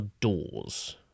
doors